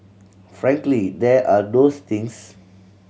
frankly there are those things